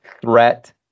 threat